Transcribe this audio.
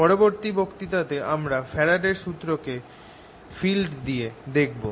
পরবর্তী বক্তৃতাতে আমরা ফ্যারাডের সুত্রকে ফিল্ড দিয়ে দেখব